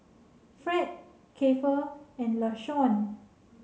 Fred Keifer and Lashawn